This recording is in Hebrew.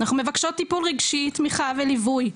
אנחנו מבקשות טיפול רגשי, תמיכה וליווי.